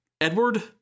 Edward